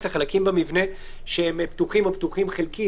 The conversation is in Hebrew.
לחלקים במבנה שהם פתוחים או פתוחים חלקית.